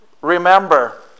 remember